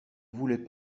voulais